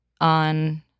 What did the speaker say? on